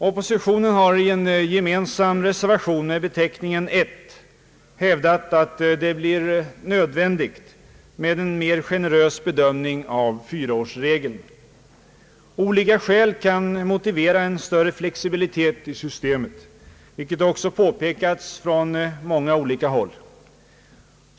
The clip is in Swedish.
Oppositionen har i en gemensam reservation med beteckningen 1 hävdat att det blir nödvändigt med en mer generös bedömning av fyraårsregeln. Olika skäl kan motivera en större flexibilitet i systemet, vilket också påpekats från många olika håll.